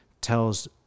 tells